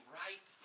right